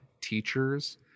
teachers